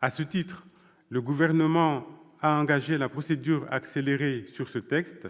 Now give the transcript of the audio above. À ce titre, le Gouvernement a engagé la procédure accélérée sur ce texte,